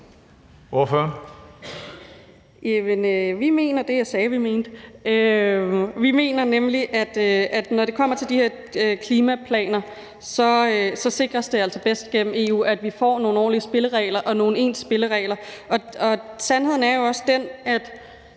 Vi mener det, jeg sagde vi mener. Vi mener nemlig, at når det kommer til de her klimaplaner, sikres det altså bedst gennem EU, at vi får nogle ordentlige spilleregler og nogle ens spilleregler. Sandheden er jo også den, at